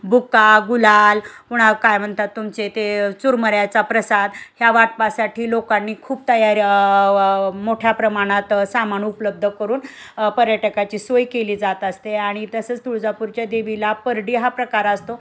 बुका गुलाल पुणा काय म्हणतात तुमचे ते चुरमुऱ्याचा प्रसाद ह्या वाटपासाठी लोकांनी खूप तयार मोठ्या प्रमाणात सामाण उपलब्ध करून पर्यटकाची सोय केली जात असते आणि तसंच तुळजापूरच्या देवीला परडी हा प्रकार असतो